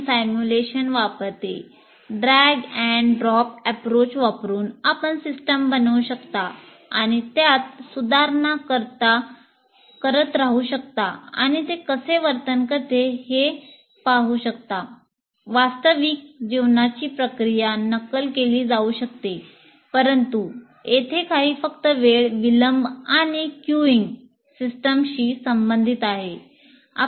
software tool SIMUL8 संबंधित आहोत